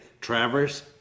Travers